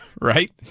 right